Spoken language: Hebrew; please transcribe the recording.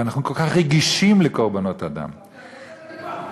ואנחנו כל כך רגישים לקורבנות אדם,